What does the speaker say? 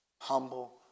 humble